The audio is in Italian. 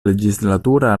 legislatura